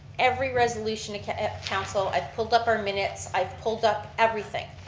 every resolution of council, i've pulled up our minutes, i've pulled up everything.